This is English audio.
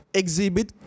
exhibit